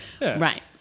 Right